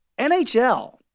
NHL